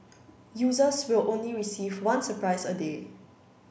users will only receive one surprise a day